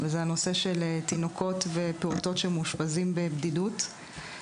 וזה הנושא של תינוקות ופעוטות שמאושפזים בבדידות.